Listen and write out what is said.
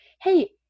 Hey